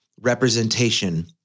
representation